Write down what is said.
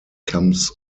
comes